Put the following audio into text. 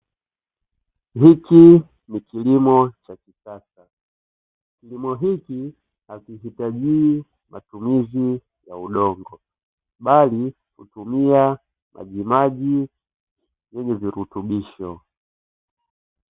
Hiki ni kilimo cha kisasa, kilimo hiki hakihitajii matuzi ya udongo bali hutumia maji maji yenye virutubisho.